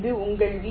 இது உங்கள் வி